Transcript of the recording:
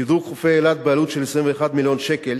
שדרוג חופי אילת בעלות של 21 מיליון שקל,